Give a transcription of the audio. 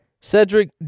Cedric